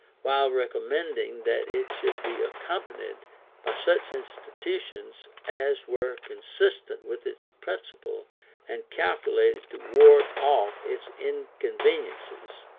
while recommending that it should be accompanied by such institutions as were consistent with its principle and calculated to ward off its inconveniences